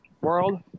world